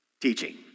teaching